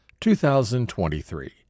2023